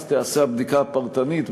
אז תיעשה הבדיקה הפרטנית,